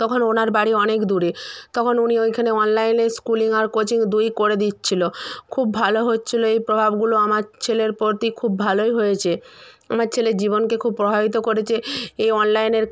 তখন ওনার বাড়ি অনেক দূরে তখন উনি ওইখানে অনলাইলে স্কুলিং আর কোচিং দুইই করে দিচ্ছিলো খুব ভালো হচ্ছিলো এই প্রভাবগুলো আমার ছেলের প্রতি খুব ভালোই হয়েছে আমার ছেলের জীবনকে খুব প্রভাবিত করেচে এই অনলাইনের